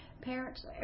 parents